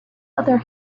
other